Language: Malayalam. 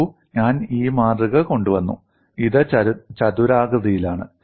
നോക്കൂ ഞാൻ ഈ മാതൃക കൊണ്ടുവന്നു ഇത് ചതുരാകൃതിയിലാണ്